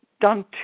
done